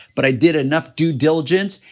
but i did enough due diligence,